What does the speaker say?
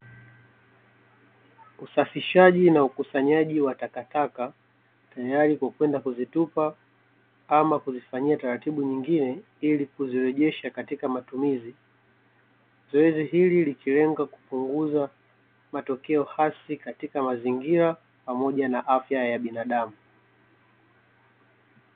Usafishaji na ukusanyaji wa takataka tayari kwa kwenda kuzitupa ama kuzifanyia taratibu nyingine ili kuzirejesha katika matumizi. Zoezi hili likilenga kupunguza matokeo hasi katika mazingira, pamoja na afya ya binadamu.